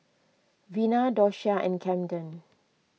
Vina Doshia and Kamden